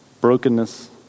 brokenness